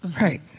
Right